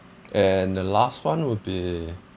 and the last one will be